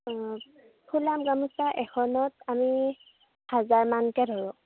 অ' ফুলাম গামোচা এখনত আমি হাজাৰ মানকৈ ধৰোঁ